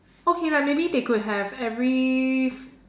okay like maybe they could have every